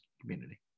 community